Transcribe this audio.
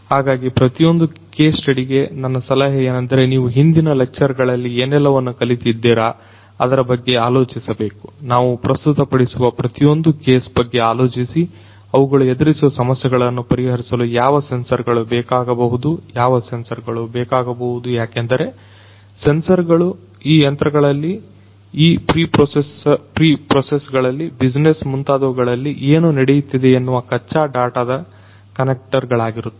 ಹಾಗಾಗಿ ಪ್ರತಿಯೊಂದು ಕೇಸ್ ಸ್ಟಡಿಗೆ ನನ್ನ ಸಲಹೆ ಏನೆಂದರೆ ನೀವು ಹಿಂದಿನ ಲೆಕ್ಚರ್ ಗಳಲ್ಲಿ ಏನೆಲ್ಲವನ್ನು ಕಲಿತಿದ್ದೀರಾ ಅದರ ಬಗ್ಗೆ ಆಲೋಚಿಸಬೇಕು ನಾವು ಪ್ರಸ್ತುತಪಡಿಸುವ ಪ್ರತಿಯೊಂದು ಕೇಸ್ ಬಗ್ಗೆ ಆಲೋಚಿಸಿ ಅವುಗಳು ಎದುರಿಸುವ ಸಮಸ್ಯೆಗಳನ್ನು ಪರಿಹರಿಸಲು ಯಾವ ಸೆನ್ಸರ್ ಗಳು ಬೇಕಾಗಬಹುದು ಯಾವ ಸೆನ್ಸರ್ ಗಳು ಬೇಕಾಗಬಹುದು ಯಾಕೆಂದರೆ ಸೆನ್ಸರ್ ಗಳು ಈ ಯಂತ್ರಗಳಲ್ಲಿ ಈ ಪ್ರೀ ಪ್ರೋಸೆಸ್ ಗಳಲ್ಲಿ ಬಿಜಿನೆಸ್ ಮುಂತಾದವುಗಳಲ್ಲಿ ಏನು ನಡೆಯುತ್ತಿದೆ ಎನ್ನುವ ಕಚ್ಚಾ ಡಾಟಾದ ಕನೆಕ್ಟರ್ ಗಳಾಗುತ್ತವೆ